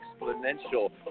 exponential